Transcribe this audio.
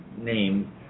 name